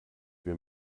wir